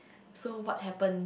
so what happened